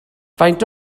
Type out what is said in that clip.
faint